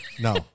No